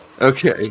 Okay